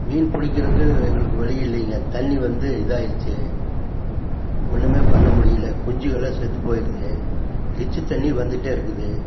மீன் புடிக்கிறதுக்கு எங்களுக்கு வழி இல்லைங்க தண்ணி வந்து இதாயிருச்சு ஒன்னுமே பண்ண முடியலை குஞ்சுங்கலாம் செத்து போயிடுது டிச்சு தண்ணி வந்துகிட்டே இருக்குது